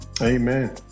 Amen